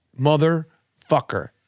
motherfucker